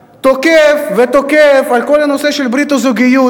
תוקף ותוקף על כל הנושא של ברית הזוגיות,